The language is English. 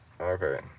Okay